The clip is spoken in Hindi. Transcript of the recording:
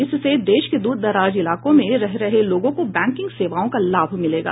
इससे देश के दूरदराज इलाकों में रह रहे लोगों को बैंकिंग सेवाओं का लाभ मिलेगा